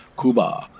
Cuba